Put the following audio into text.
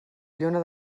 lluna